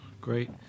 great